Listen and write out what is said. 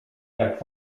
jak